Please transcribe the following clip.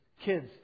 Kids